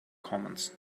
commands